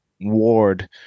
ward